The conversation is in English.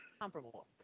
Comparable